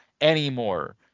anymore